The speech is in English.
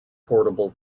portable